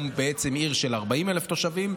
הוא בעצם עיר של 40,000 תושבים,